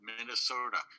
Minnesota